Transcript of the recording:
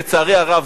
לצערי הרב,